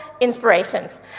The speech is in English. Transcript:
inspirations